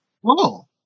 whoa